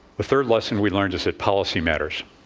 the third lesson we learned is that policy matters.